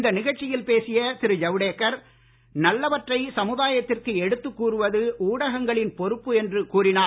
இந்த நிகழ்ச்சியில் பேசிய திரு ஜவ்டேகர் நல்லவற்றை சமுதாயத்திற்கு எடுத்துக் கூறுவது ஊடகங்களின் பொறுப்பு என்று கூறினார்